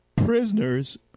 Prisoners